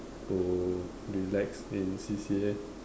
to relax in C_C_A